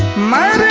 my.